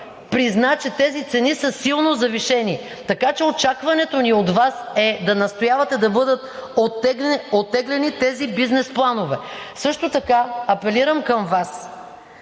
призна, че тези цени са силно завишени, така че очакването ни от Вас е да настоявате да бъдат оттеглени тези бизнес планове. Също така апелирам към Вас,